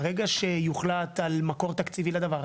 ברגע שיוחלט על מקור תקציבי לדבר הזה,